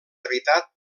habitat